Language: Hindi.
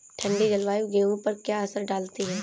ठंडी जलवायु गेहूँ पर क्या असर डालती है?